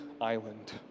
island